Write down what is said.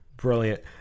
Brilliant